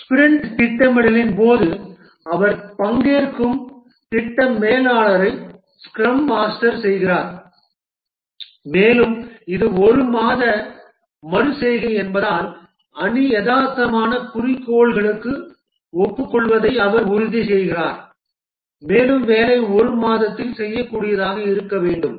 sprint திட்டமிடலின் போது அவர் பங்கேற்கும் திட்ட மேலாளரை ஸ்க்ரம் மாஸ்டர் செய்கிறார் மேலும் இது 1 மாத மறு செய்கை என்பதால் அணி யதார்த்தமான குறிக்கோள்களுக்கு ஒப்புக்கொள்வதை அவர் உறுதிசெய்கிறார் மேலும் வேலை 1 மாதத்தில் செய்யக்கூடியதாக இருக்க வேண்டும்